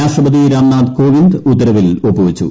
രാഷ്ട്രപതി രാംനാഥ് കോവിന്ദ് ഉത്തരവിൽ ഒപ്പുവച്ചു